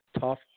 tough